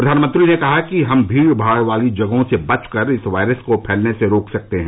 प्रधानमंत्री ने कहा कि हम भीड भाड वाली जगहों से बचकर इस वायरस को फैलने से रोक सकते हैं